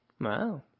Wow